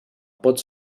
pot